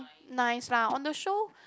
nice lah on the show